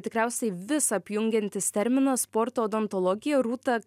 tikriausiai visą apjungiantis terminas sporto odontologija rūta